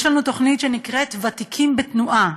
יש לנו תוכנית שנקראת "ותיקים בתנועה"